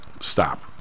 stop